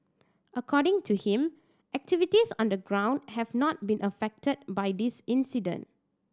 according to him activities on the ground have not been affected by this incident